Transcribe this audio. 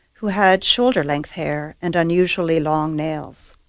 who had shoulder-length hair and unusually long nails.